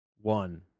one